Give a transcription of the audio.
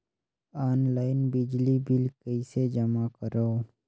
Online बिजली bill कइसे जमा करव?